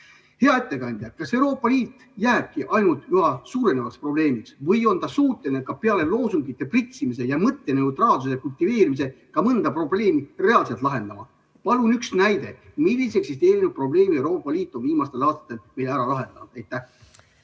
ettekandja, kas Euroopa Liit jääbki ainult üha suurenevaks probleemiks või on ta suuteline ka peale loosungite pritsimise ja mõtteneutraalsuse kultiveerimise ka mõnda probleemi reaalselt lahendama? Palun üks näide, milliseid eksisteerivaid probleeme Euroopa Liit on viimastel aastatel ära lahendanud.